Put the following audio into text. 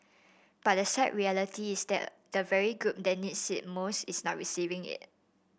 but the sad reality is that the very group that needs it most is not receiving it